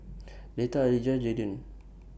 Letta Alijah Jayden